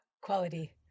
quality